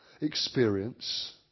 experience